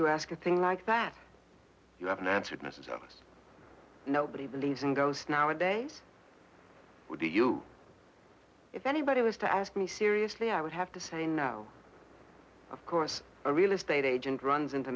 you ask a thing like that you haven't answered misess nobody believes in ghosts nowadays do you if anybody was to ask me seriously i would have to say no of course a real estate agent runs into